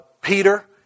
Peter